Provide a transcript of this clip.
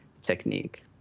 technique